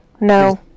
no